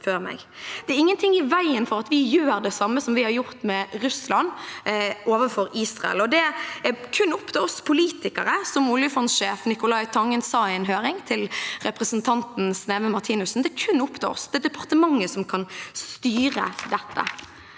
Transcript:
Det er ingenting i veien for at vi gjør det samme som vi har gjort med Russland, overfor Israel. Det er kun opp til oss politikere, som oljefondssjef Nicolai Tangen sa i en høring til representanten Sneve Martinussen. Det er kun opp til oss. Det er departementet som kan styre dette.